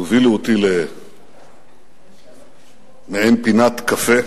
והובילו אותי למעין פינת קפה.